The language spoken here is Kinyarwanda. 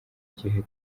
gihe